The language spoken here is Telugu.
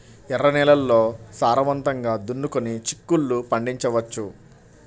ఎర్ర నేలల్లో సారవంతంగా దున్నుకొని చిక్కుళ్ళు పండించవచ్చు